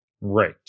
Right